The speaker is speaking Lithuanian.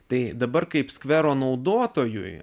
tai dabar kaip skvero naudotojui